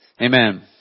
Amen